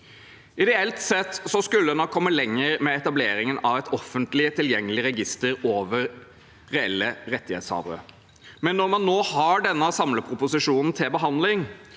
Ideelt sett skulle man ha kommet lenger med etableringen av et offentlig tilgjengelig register over reelle rettighetshavere. Men når man nå har denne samleproposisjonen til behandling,